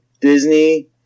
Disney